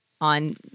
on